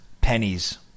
pennies